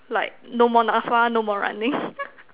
like no more N_A_P_F_A no more running